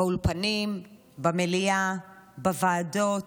באולפנים, במליאה, בוועדות,